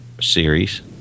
series